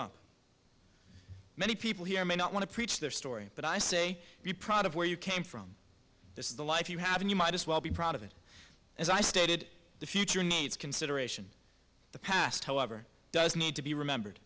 up many people here may not want to preach their story but i say be proud of where you came from this is the life you have and you might as well be proud of it as i stated the future needs consideration the past however does need to be remembered